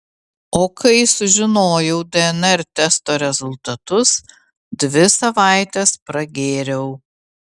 o kai sužinojau dnr testo rezultatus dvi savaites pragėriau